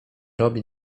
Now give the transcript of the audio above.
robi